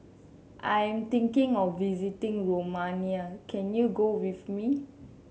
I am thinking of visiting Romania can you go with me